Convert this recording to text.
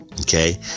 Okay